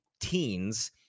teens